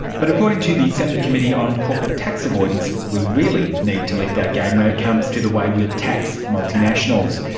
but according to the senate committee on corporate tax avoidance, we really need to lift our game when it comes to the way we tax multinationals.